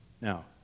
Now